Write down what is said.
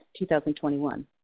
2021